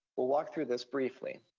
we'll walk through this briefly.